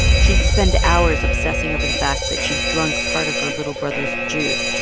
she'd spend hours obsessing over the fact that she'd drunk part of her little brother's juice,